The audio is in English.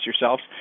yourselves